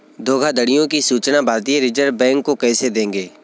धोखाधड़ियों की सूचना भारतीय रिजर्व बैंक को कैसे देंगे?